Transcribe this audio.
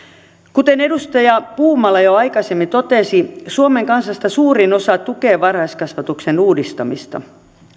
kuten edustaja puumala jo aikaisemmin totesi suomen kansasta suurin osa tukee varhaiskasvatuksen uudistamista